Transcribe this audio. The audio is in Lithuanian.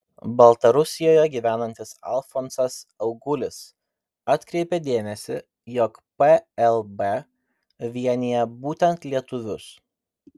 baltarusijoje gyvenantis alfonsas augulis atkreipė dėmesį jog plb vienija būtent lietuvius